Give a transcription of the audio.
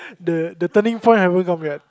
the the turning point haven't come yet